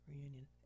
reunion